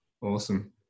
Awesome